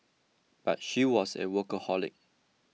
but she was a workaholic